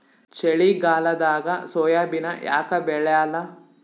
ಚಳಿಗಾಲದಾಗ ಸೋಯಾಬಿನ ಯಾಕ ಬೆಳ್ಯಾಲ?